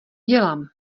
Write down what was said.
dělám